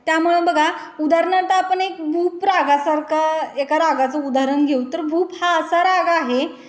त्यामुळे बघा उदाहरणार्थ आपण एक भूप रागासारखा एका रागाचं उदाहरण घेऊ तर भूप हा असा राग आहे